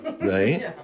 right